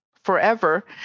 forever